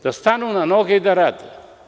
Da stanu na noge i da rade.